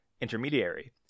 intermediary